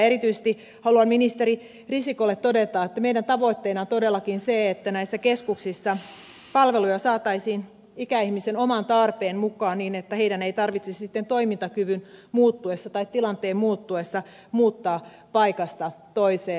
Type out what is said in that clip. erityisesti haluan ministeri risikolle todeta että meidän tavoitteenamme on todellakin se että näissä keskuksissa palveluja saataisiin ikäihmisten oman tarpeen mukaan niin että heidän ei tarvitsisi sitten toimintakyvyn muuttuessa tai tilanteen muuttuessa muuttaa paikasta toiseen